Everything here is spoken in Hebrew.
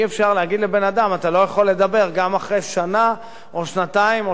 גם אחרי שנה או שנתיים או שלוש שאתה כבר פרשת מתפקידך.